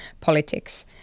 politics